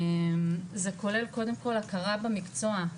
זה כולל קודם כל הכרה במקצוע,